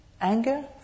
anger